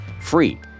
free